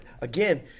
again